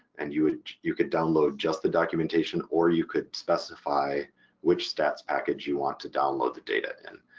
and you ah you could download just the documentation or you could specify which stats package you want to download the data in.